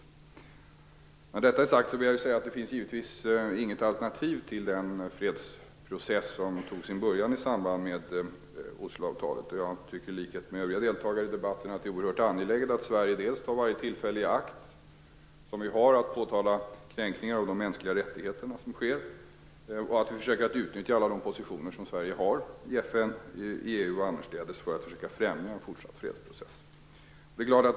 När detta är sagt vill jag säga att det givetvis inte finns något alternativ till den fredsprocess som tog sin början i samband med Osloavtalet. Jag tycker i likhet med övriga deltagare i debatten att det är oerhört angeläget att Sverige dels tar varje tillfälle i akt för att påtala de kränkningar av mänskliga rättigheter som sker, dels försöker utnyttja de positioner vi har i FN, EU och annorstädes för att främja fredsprocessen.